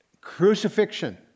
Crucifixion